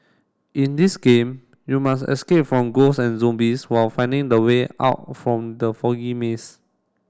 in this game you must escape from ghosts and zombies while finding the way out from the foggy maze